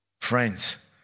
Friends